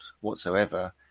whatsoever